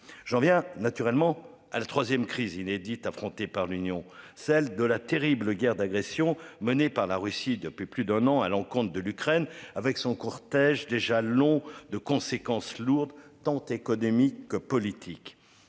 Jean vient naturellement à la 3ème crise inédite affronter par l'Union, celle de la terrible guerre d'agression menée par la Russie depuis plus d'un an à l'encontre de l'Ukraine, avec son cortège déjà long de conséquences lourdes, tant économiques que politiques